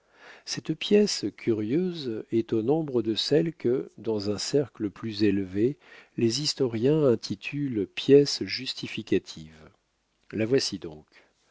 cette pièce curieuse est au nombre de celles que dans un cercle plus élevé les historiens intitulent pièces justificatives la voici donc